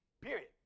period